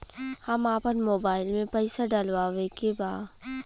हम आपन मोबाइल में पैसा डलवावे के बा?